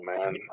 man